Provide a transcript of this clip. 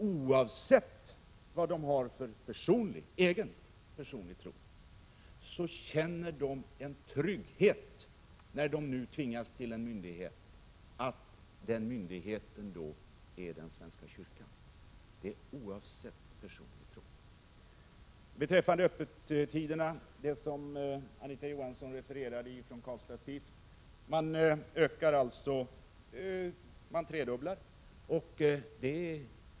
Oavsett vad de har för egen personlig tro känner de en trygghet i att veta att när de går till folkbokföringen så finns den myndigheten i svenska kyrkan. Invandrarna känner trygghet hos kyrkan oavsett personlig tro. Anita Johansson refererade till att man i Karlstads stift tredubblar öppettiderna.